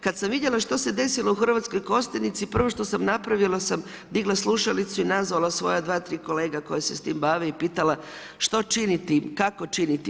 Kada sam vidjela što se desilo u Hrvatskoj Kostajnici prvo što sam napravila sam digla slušalicu i nazvala svoje 2, 3 kolega koja se s tim bave i pitala što činiti, kako činiti.